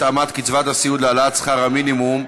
התאמת קצבת הסיעוד להעלאת שכר המינימום),